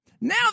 Now